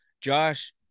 Josh